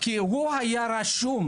כי הוא היה רשום,